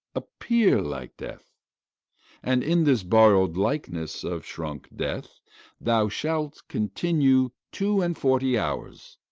appear like death and in this borrow'd likeness of shrunk death thou shalt continue two-and-forty hours,